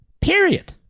Period